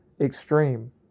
extreme